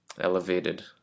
elevated